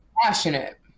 passionate